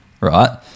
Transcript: Right